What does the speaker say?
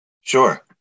sure